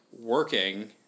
working